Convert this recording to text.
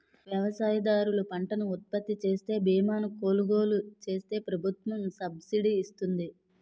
వ్యవసాయదారులు పంటను ఉత్పత్తిచేసే బీమాను కొలుగోలు చేస్తే ప్రభుత్వం సబ్సిడీ ఇస్తుంది